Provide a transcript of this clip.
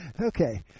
Okay